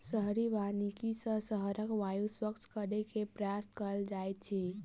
शहरी वानिकी सॅ शहरक वायु स्वच्छ करै के प्रयास कएल जाइत अछि